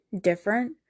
Different